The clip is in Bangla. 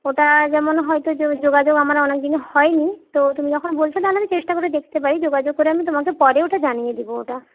ওটা যেমন হয়তো যোগাযোগ আমার অনেকদিন হয়নি তো তুমি যখন বলছ তাহলে আমি চেষ্টা করে দেখতে পারি যোগাযোগ করে আমি তোমাকে পরে ওটা জানিয়ে দেব ওটা